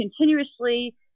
continuously